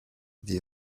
the